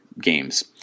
games